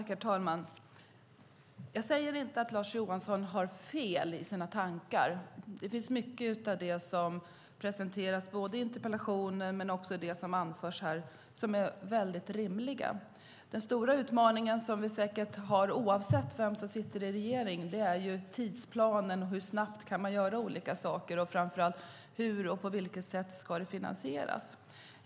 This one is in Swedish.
Herr talman! Jag säger inte att Lars Johansson har fel i sina tankar. Mycket av det som presenteras i interpellationen och som har anförts här är rimligt. Den stora utmaningen, som finns oavsett vem som sitter i regering, är tidsplanen och hur snabbt som olika saker kan göras, framför allt hur och på vilket sätt de ska finansieras.